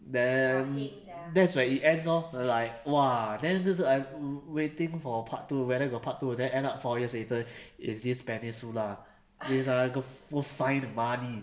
then that's where it ends lor like !wah! then du~ to~ I wa~ waiting for part two whether got part two then end up four years later is this peninsula nina 一个 f~ find money